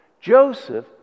Joseph